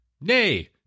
nay